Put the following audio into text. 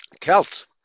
Celts